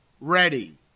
ready